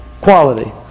quality